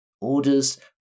orders